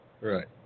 Right